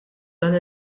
dan